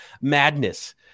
Madness